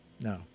no